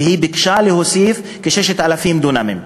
והיא ביקשה להוסיף כ-6,000 דונמים.